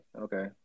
Okay